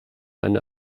eine